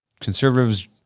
conservatives